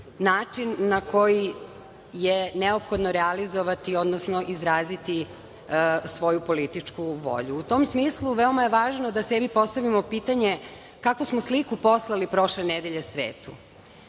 način na koji je neophodno realizovati, odnosno izraziti svoju političku volju. U tom smislu, veoma je važno da sebi postavimo pitanje kakvu smo sliku poslali svetu. Da